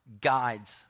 guides